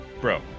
bro